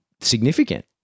significant